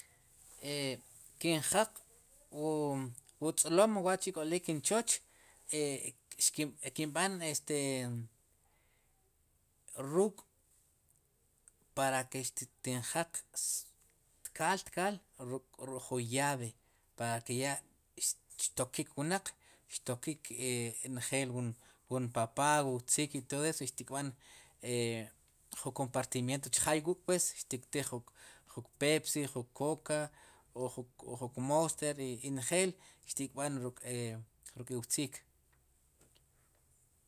E ke'n jeeq wu tz'lom wa'chi' k'olik wun choch ixk xikinb'an este ruk' para ke xtinjaq tkal tkaal. ruk'jun llave para ke ya xtokik wnaq xtokik njel wun papá, wu wtziik i todo eso si xtkb'an jun kompartimiento wuuk chjaay pwes xtiktij jun kpepsi jun koka o jun mostear i njel xtikb'an ruk' wtziik.